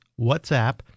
WhatsApp